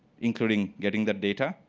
including getting the data.